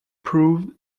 proved